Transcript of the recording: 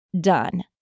done